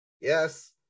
Yes